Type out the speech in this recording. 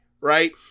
right